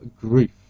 Grief